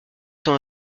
tant